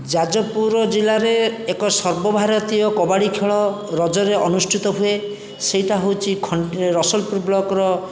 ଯାଜପୁର ଜିଲ୍ଲାରେ ଏକ ସର୍ବଭାରତୀୟ କବାଡ଼ି ଖେଳ ରଜରେ ଅନୁଷ୍ଠିତ ହୁଏ ସେଇଟା ହେଉଛି ରସଲପୁର ବ୍ଲକର